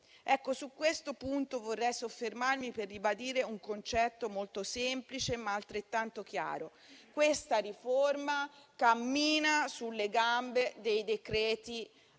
Su questo punto vorrei soffermarmi per ribadire un concetto molto semplice, ma altrettanto chiaro: questa riforma cammina sulle gambe dei decreti